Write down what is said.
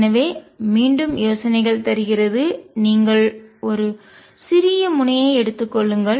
எனவே மீண்டும் யோசனைகள் தருகிறது நீங்கள் ஒரு சிறிய முனை ஐ எடுத்து கொள்ளுங்கள்